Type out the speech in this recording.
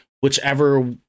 whichever